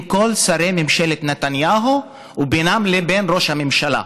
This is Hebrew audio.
כל שרי ממשלת נתניהו ובינם לבין ראש הממשלה.